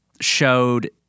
showed